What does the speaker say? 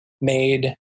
made